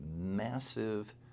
massive